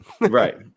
Right